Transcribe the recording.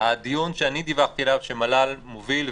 נתנו דוגמאות.